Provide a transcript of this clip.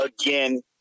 Again